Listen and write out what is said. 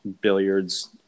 billiards